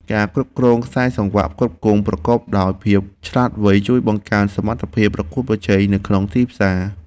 ការគ្រប់គ្រងខ្សែសង្វាក់ផ្គត់ផ្គង់ប្រកបដោយភាពឆ្លាតវៃជួយបង្កើនសមត្ថភាពប្រកួតប្រជែងនៅក្នុងទីផ្សារ។